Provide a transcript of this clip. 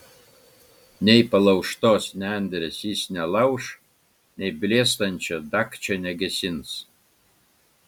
nei palaužtos nendrės jis nelauš nei blėstančio dagčio negesins